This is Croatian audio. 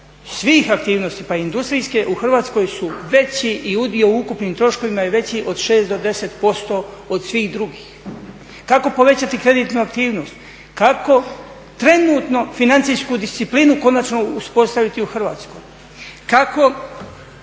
svih aktivnosti pa i industrijske u Hrvatskoj su veći i udio u ukupnim troškovima je veći od 6 do 10% od svih drugih. Kako povećati kreditnu aktivnost? Kako trenutno financijsku disciplinu konačno uspostaviti u Hrvatskoj? Kako